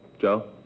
Joe